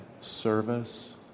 service